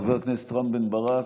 חבר הכנסת רם בן ברק,